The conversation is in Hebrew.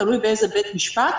תלוי באיזה בית משפט,